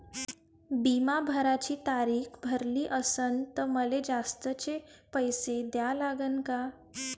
बिमा भराची तारीख भरली असनं त मले जास्तचे पैसे द्या लागन का?